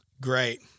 Great